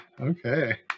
Okay